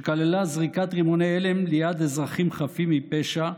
שכללה זריקת רימוני הלם ליד אזרחים חפים מפשע,